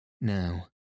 Now